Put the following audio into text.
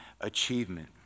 achievement